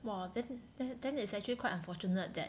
!wah! then then then it's actually quite unfortunate that